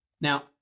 Now